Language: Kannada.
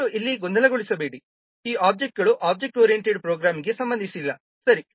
ದಯವಿಟ್ಟು ಇಲ್ಲಿ ಗೊಂದಲಗೊಳಿಸಬೇಡಿ ಈ ಒಬ್ಜೆಕ್ಟ್ಗಳು ಒಬ್ಜೆಕ್ಟ್ ಓರಿಯೆಂಟೆಡ್ ಪ್ರೋಗ್ರಾಮಿಂಗ್ಗೆ ಸಂಬಂಧಿಸಿಲ್ಲ ಸರಿ